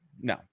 No